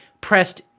pressed